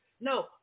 No